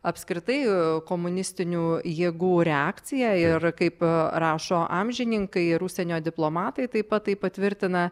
apskritai komunistinių jėgų reakciją ir kaip rašo amžininkai ir užsienio diplomatai taip pat tai patvirtina